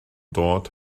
dod